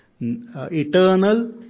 eternal